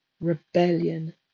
rebellion